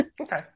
Okay